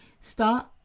Start